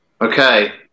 Okay